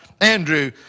Andrew